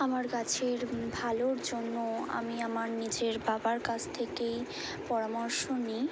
আমার গাছের ভালোর জন্য আমি আমার নিজের বাবার কাছ থেকেই পরামর্শ নিই